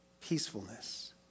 Peacefulness